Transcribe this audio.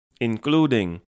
including